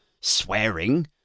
swearing